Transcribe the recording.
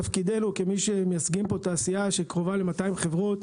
תפקידנו כמי שמייצגים תעשייה שקרובה ל-200 חברות,